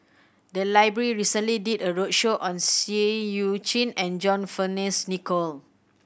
the library recently did a roadshow on Seah Eu Chin and John Fearns Nicoll